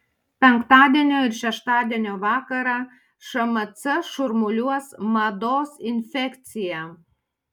penktadienio ir šeštadienio vakarą šmc šurmuliuos mados infekcija